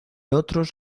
otros